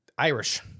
irish